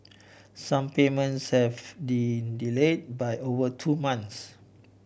some payments have delay by over two months